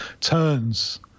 turns